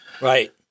Right